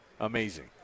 Amazing